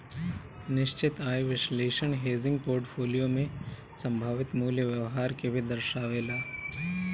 निश्चित आय विश्लेषण हेजिंग पोर्टफोलियो में संभावित मूल्य व्यवहार के भी दर्शावेला